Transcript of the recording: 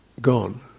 gone